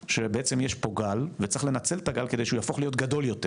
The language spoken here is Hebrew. שבעצם יש פה גל וצריך לנצל את הגל כדי שהוא יהפוך להיות גדול יותר.